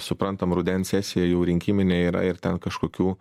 suprantam rudens sesija jau rinkiminė yra ir ten kažkokių